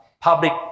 public